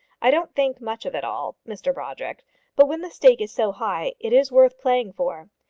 i don't think much of it all, mr brodrick but when the stake is so high, it is worth playing for.